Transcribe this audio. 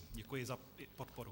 Děkuji za podporu.